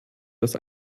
dass